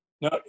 no